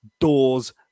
doors